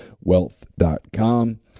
wealth.com